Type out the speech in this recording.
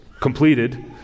completed